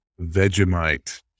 Vegemite